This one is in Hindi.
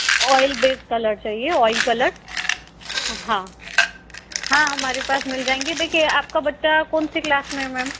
ऑइल बेस्ड कलर चाहिए ऑइल कलर हाँ हाँ हमारे पास मिल जाएंगे देखिए आप का बच्चा कौन सी क्लास में है मैम